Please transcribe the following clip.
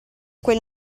quel